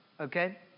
okay